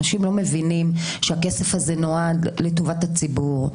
אנשים לא מבינים שהכסף הזה נועד לטובת הציבור.